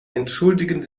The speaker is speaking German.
entschuldigen